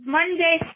Monday